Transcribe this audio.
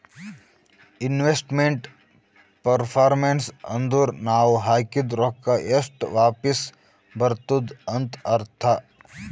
investment performance ಅಂದುರ್ ನಾವ್ ಹಾಕಿದ್ ರೊಕ್ಕಾ ಎಷ್ಟ ವಾಪಿಸ್ ಬರ್ತುದ್ ಅಂತ್ ಅರ್ಥಾ